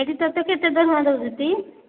ଏଇଠି ତୋତେ କେତେ ଦରମା ଦେଉଛନ୍ତି